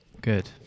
Good